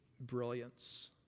brilliance